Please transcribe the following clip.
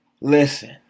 Listen